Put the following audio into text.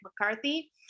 McCarthy